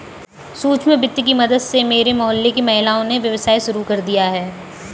सूक्ष्म वित्त की मदद से मेरे मोहल्ले की महिलाओं ने व्यवसाय शुरू किया है